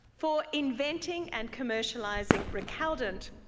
for inventing and commercialising recaldent,